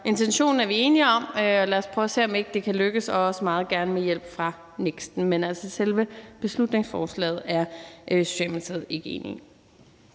intentionen er vi enige om. Lad os prøve at se, om ikke det kan lykkes, også meget gerne med hjælp fra NEKST. Men altså, selve beslutningsforslaget er Socialdemokratiet ikke enig